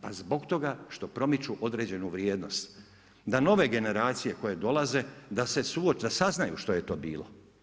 Pa zbog toga što promiču određenu vrijednost da nove generacije koje dolaze, da se suoče, da saznaju šta je to bilo.